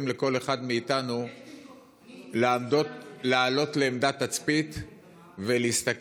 לכל אחד מאיתנו לעלות לעמדת תצפית ולהסתכל.